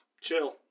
Chill